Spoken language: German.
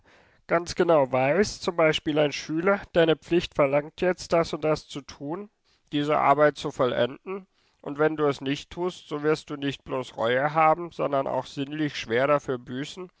ganz genau weiß zum beispiel ein schüler deine pflicht verlangt jetzt das und das zu tun diese arbeit zu vollenden und wenn du es nicht tust so wirst du nicht bloß reue haben sondern auch sinnlich schwer dafür büßen